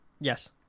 Yes